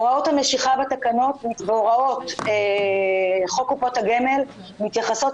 הוראות המשיכה בתקנות והוראות חוק קופות הגמל מתייחסות